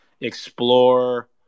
explore